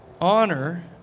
Honor